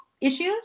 issues